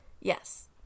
yes